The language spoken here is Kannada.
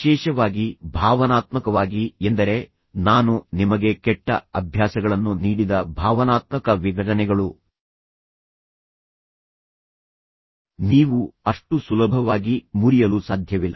ವಿಶೇಷವಾಗಿ ಭಾವನಾತ್ಮಕವಾಗಿ ಎಂದರೆ ನಾನು ನಿಮಗೆ ಕೆಟ್ಟ ಅಭ್ಯಾಸಗಳನ್ನು ನೀಡಿದ ಭಾವನಾತ್ಮಕ ವಿಘಟನೆಗಳು ನೀವು ಅಷ್ಟು ಸುಲಭವಾಗಿ ಮುರಿಯಲು ಸಾಧ್ಯವಿಲ್ಲ